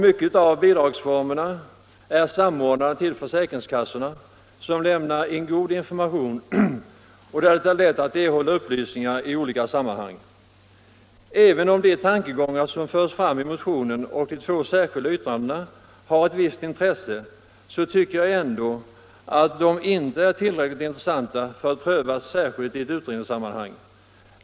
Många av bidragsformerna är samordnade till försäkringskassorna som lämnar en god information och där det är lätt att erhålla upplysningar i olika sammanhang. Även om de tankegångar som förs fram i motionen och de två särskilda yttrandena har ett visst intresse, tycker jag ändå att de inte är tillräckligt intressanta för att prövas särskilt i utredningssammanhang.